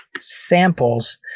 samples